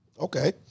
Okay